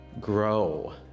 grow